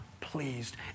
pleased